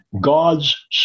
God's